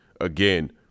Again